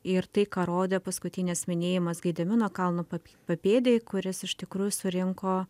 ir tai ką rodė paskutinis minėjimas gedimino kalno pa papėdėj kuris iš tikrųjų surinko